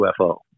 UFO